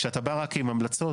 כשאתה בא רק עם המלצות,